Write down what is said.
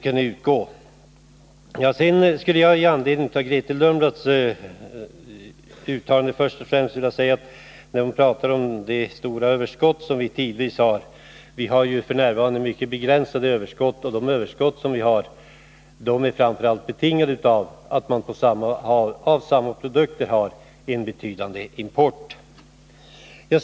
IT anledning av Grethe Lundblads uttalande om det stora överskott som vi tidvis har skulle jag först vilja säga att vi ju f. n. har mycket begränsade överskott och att de överskott som finns framför allt är betingade av att vi har en betydande import av samma slags produkter.